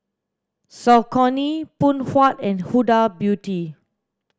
Saucony Phoon Huat and Huda Beauty